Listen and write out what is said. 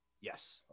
yes